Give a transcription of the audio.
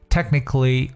Technically